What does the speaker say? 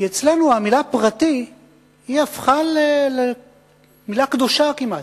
אצלנו המלה פרטי הפכה למלה קדושה כמעט.